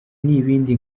n’ibindi